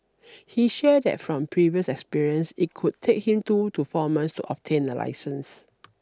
he shared that from previous experience it could take him two to four months to obtain a licence